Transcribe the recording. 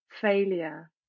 failure